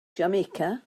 jamaica